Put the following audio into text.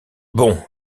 bon